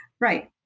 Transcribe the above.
right